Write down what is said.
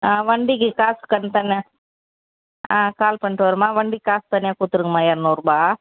ஆ வண்டிக்கு காசு கண்க் பண்ணு கால் பண்ணிட்டு வரும்மா வண்டிக்கு காசு தனியாக கொடுத்துருங்மா இரநூருபா